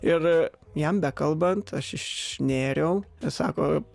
ir jam bekalbant aš išnėriau jis sako